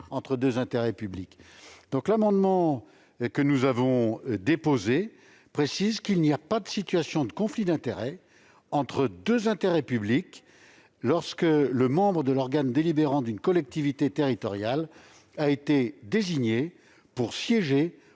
entre deux intérêts publics ». Le présent amendement vise donc à préciser qu'il n'y a pas de situation de conflit d'intérêts entre deux intérêts publics, lorsque le membre de l'organe délibérant d'une collectivité territoriale a été désigné pour siéger